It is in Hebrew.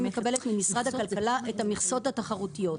אני מקבלת ממשרד הכלכלה את המכסות התחרותיות.